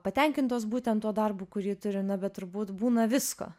patenkintos būtent tuo darbu kurį turi na bet turbūt būna visko